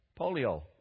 polio